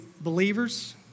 believers